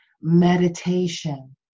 meditation